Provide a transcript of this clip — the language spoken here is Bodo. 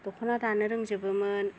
दख'ना दानो रोंजोबोमोन